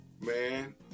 Man